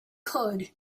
could